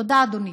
תודה, אדוני.